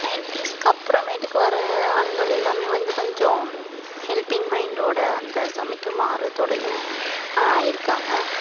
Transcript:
நைன்டீஸுக்கப்றமேட்டுக்கு வர ஆண்கள் எல்லாம் வந்து கொஞ்சம் ஹெல்ப்பிங் மைண்டோடு அந்த சமைக்கும் ஆர்வத்தோடயும் இருக்காங்க